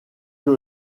que